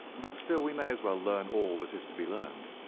but still we may as well learn all that is to be learned.